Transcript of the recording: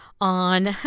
on